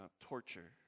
torture